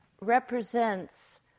represents